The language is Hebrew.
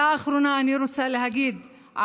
אני רוצה להגיד מילה אחרונה.